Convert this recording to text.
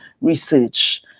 research